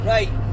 Right